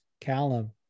callum